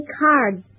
cards